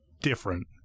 Different